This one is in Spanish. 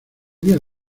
día